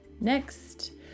Next